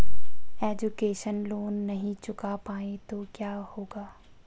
Education loan नहीं चुका पाए तो क्या होगा?